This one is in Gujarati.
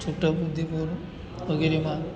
છોટા ઉદેપુર વગેરેમાં